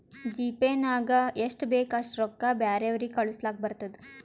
GPay ನಾಗ್ ಎಷ್ಟ ಬೇಕ್ ಅಷ್ಟ ರೊಕ್ಕಾ ಬ್ಯಾರೆವ್ರಿಗ್ ಕಳುಸ್ಲಾಕ್ ಬರ್ತುದ್